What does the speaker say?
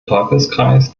teufelskreis